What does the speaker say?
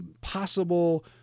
possible